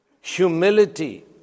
humility